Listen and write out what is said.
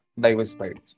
diversified